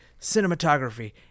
cinematography